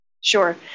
sure